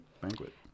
banquet